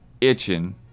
itching